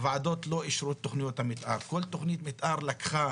הוועדות לא אישרו תכניות מתאר, כל תכנית מתאר לקחה